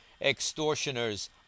extortioners